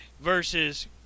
Versus